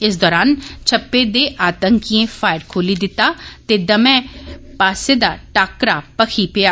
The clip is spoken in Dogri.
इस दौरान छप्पे दे आतंकियें फयर खोली दित्ता ते दवै पास्सै दा टाकरा भक्खी गेआ